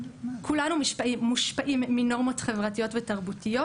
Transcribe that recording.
"כולנו מושפעים מנורמות חברתיות ותרבותיות.